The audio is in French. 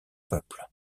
peuple